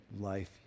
life